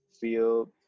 feel